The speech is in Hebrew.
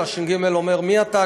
הש"ג אומר: מי אתה?